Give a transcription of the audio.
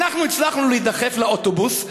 אנחנו הצלחנו להידחף לאוטובוס,